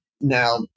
now